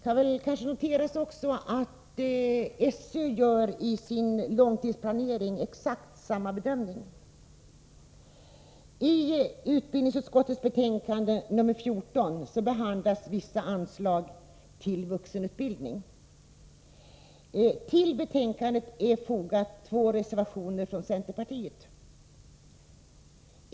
Det kan noteras att SÖ i sin långtidsplanering gör exakt samma bedömning. I utbildningsutskottets betänkande nr 14 behandlas vissa anslag till vuxenutbildning. Till betänkandet är fogade två reservationer från centerpartiet.